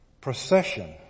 Procession